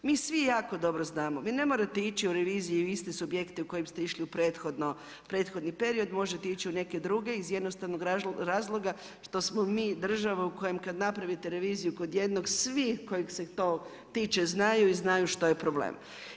Mi svi jako dobro znamo, vi ne morate ići u reviziju u iste subjekte u kojem ste išli u prethodni period, možete ići u neke druge iz razloga što smo mi država u kojoj kada napravite reviziju kod jednog svi kojeg se to tiče znaju i znaju što je problem.